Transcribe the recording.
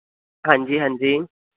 ਹਾਂਜੀ ਹਾਂਜੀ